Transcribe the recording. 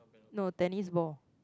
no tennis ball